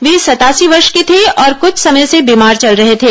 वे सतासी वर्ष के थे और कृष्ठ समय से बीमार चल रहे थे